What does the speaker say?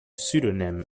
pseudonym